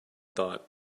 thought